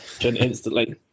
instantly